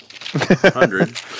hundred